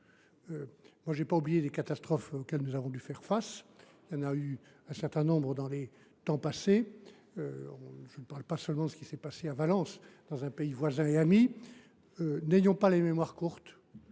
sols. Je n’ai pas oublié les catastrophes auxquelles nous avons dû faire face. Il y en a eu un certain nombre au cours des dernières années. Je ne parle pas seulement de ce qui s’est passé à Valence, dans un pays voisin et ami. N’ayons pas la mémoire courte,